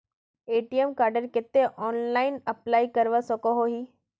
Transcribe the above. ATM कार्डेर केते online apply करवा सकोहो ही?